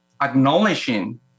acknowledging